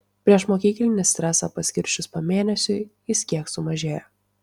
priešmokyklinį stresą paskirsčius pamėnesiui jis kiek sumažėjo